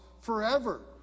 forever